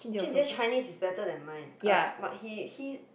Jun-Jie Chinese is better than mine uh but he he